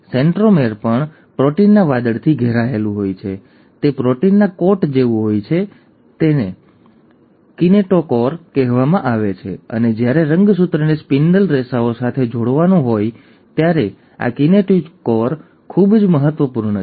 centromere પણ પ્રોટીનના વાદળથી ઘેરાયેલું હોય છે તે પ્રોટીનના કોટ જેવું હોય છે જેને કિનેટોકોર કહેવામાં આવે છે અને જ્યારે રંગસૂત્રને સ્પિન્ડલ રેસાઓ સાથે જોડવાનું હોય ત્યારે આ કિનેટોચોર ખૂબ જ મહત્વપૂર્ણ છે